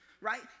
right